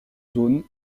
zones